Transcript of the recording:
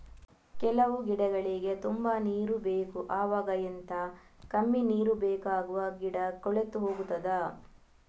ಕೆಲವು ಗಿಡಗಳಿಗೆ ತುಂಬಾ ನೀರು ಬೇಕು ಅವಾಗ ಎಂತ, ಕಮ್ಮಿ ನೀರು ಬೇಕಾಗುವ ಗಿಡ ಕೊಳೆತು ಹೋಗುತ್ತದಾ?